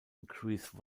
increase